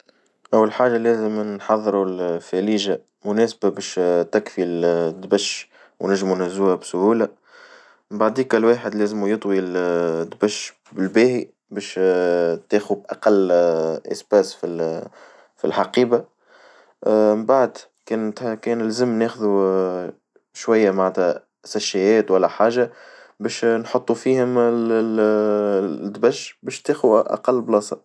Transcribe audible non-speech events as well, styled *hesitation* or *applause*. أول حاجة لازم نحظرو الفليجة مناسبة باش تكفي الدبش ونجمو نهزوها بسهولة بعديكا الواحد لازمو يطوي الدبش بالباهي باش *hesitation* تاخد اقل سبيس فالحقيبة من بعد كانت هيك لازم ناخدو شوية معنتها ساشيات والا حاجة، باش نحطو فيهم الدبش وش تاخو أقل بلاصة.